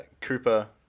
Cooper